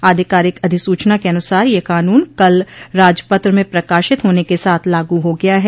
आधिकारिक अधिसूचना के अनुसार यह कानून कल राजपत्र में प्रकाशित होने के साथ लागू हो गया है